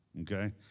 Okay